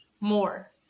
more